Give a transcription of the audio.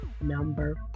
number